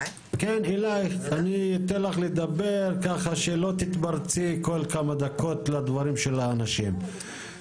אני אתן לך לדבר ככה שלא תתפרצי כל כמה דקות לדברים של האנשים.